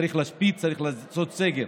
צריך להשבית, צריך לעשות סגר.